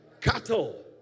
cattle